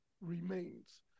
remains